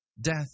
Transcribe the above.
Death